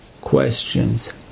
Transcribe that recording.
questions